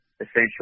essentially